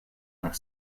her